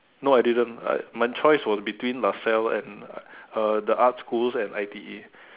no I didn't like my choice was between Laselle and uh uh the art schools and I_T_E